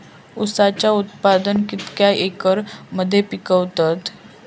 ऊसाचा उत्पादन कितक्या एकर मध्ये पिकवतत?